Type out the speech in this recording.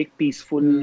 peaceful